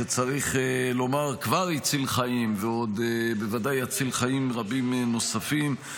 שצריך לומר שכבר הציל חיים ובוודאי יציל עוד חיים רבים נוספים,